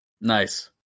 Nice